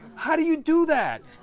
how do you do that?